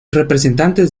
representantes